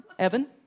Evan